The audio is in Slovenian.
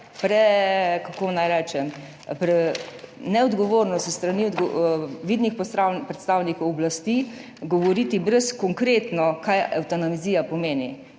je – kako naj rečem? – neodgovorno s strani vidnih predstavnikov oblasti govoriti brez konkretno tega, kaj evtanazija pomeni,